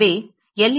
எனவே எல்